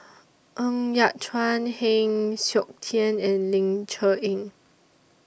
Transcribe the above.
Ng Yat Chuan Heng Siok Tian and Ling Cher Eng